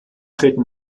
treten